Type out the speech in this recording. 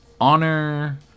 honor